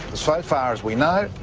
so far as we know,